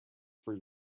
free